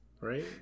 Right